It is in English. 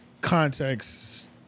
context